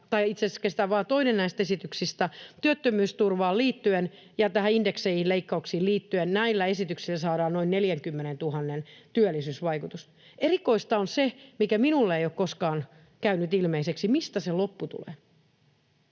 Tänä yönä käsitellään vain toinen näistä esityksistä työttömyysturvaan liittyen ja näihin indeksileikkauksiin liittyen. Näillä esityksillä saadaan noin 40 000:n työllisyysvaikutus. Erikoista on se, mikä minulle ei ole koskaan käynyt ilmeiseksi, mistä se loppu tulee.